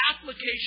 application